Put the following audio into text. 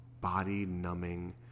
body-numbing